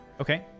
Okay